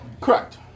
correct